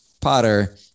Potter